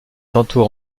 tantôt